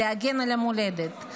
להגן על המולדת.